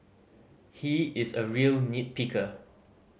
he is a real nit picker